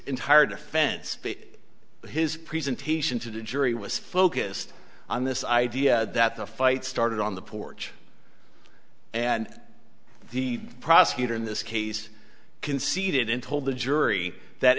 entire defense his presentation to the jury was focused on this idea that the fight started on the porch and the prosecutor in this case conceded in told the jury that